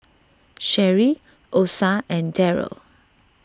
Sherie Osa and Derrell